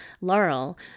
Laurel